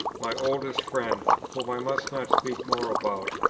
my oldest friend, whom i must not speak more about,